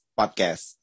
podcast